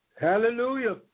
Hallelujah